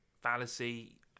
fallacy